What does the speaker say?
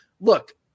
look